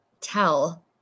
tell